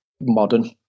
modern